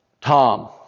Tom